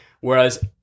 whereas